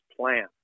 plan